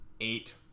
eight